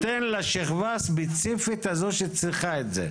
נותן לשכבה הספציפית הזו שצריכה את זה.